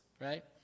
right